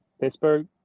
Pittsburgh